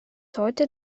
heute